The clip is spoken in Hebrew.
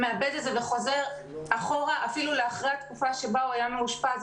מאבד את זה וחוזר אחורה אפילו אחרי התקופה שבה היה מאושפז.